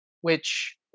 which-